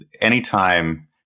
Anytime